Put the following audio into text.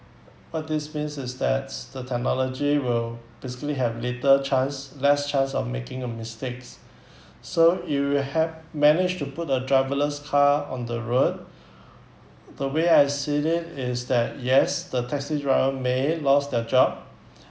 what this means is thats the technology will basically have later chance less chance of making a mistakes so if you have managed to put a driver-less car on the road the way I see it is that yes the taxi driver may lost their job